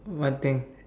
what thing